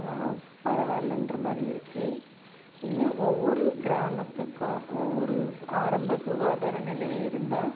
பரவாயில்லன்ற மாதிரி இருக்குது இன்னும் ஒவ்வொரு கிராமத்துக்கும் ஒவ்வொரு ஆரம்ப சுகாதார நிலையம் இருந்தால்